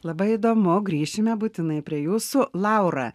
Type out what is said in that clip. labai įdomu grįšime būtinai prie jūsų laura